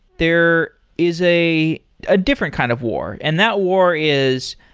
there is a ah different kind of war, and that war is